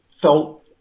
felt